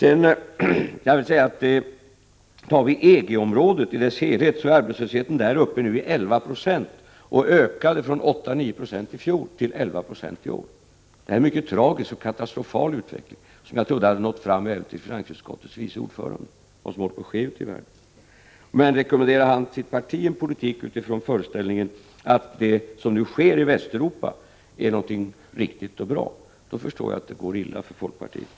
Inom EG-området i dess helhet är arbetslösheten nu uppe i 11 96. Den ökade från 8 å 9 I i fjol till 11 90 i år. Det är en tragisk och katastrofal utveckling, och jag trodde att det hade nått fram även till finansutskottets vice ordförande vad som håller på att ske ute i världen. Rekommenderar han sitt parti en politik utifrån föreställningen att det som nu sker i Västeuropa är någonting riktigt och bra, förstår jag att det går illa för folkpartiet.